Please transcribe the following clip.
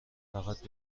فقط